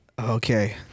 Okay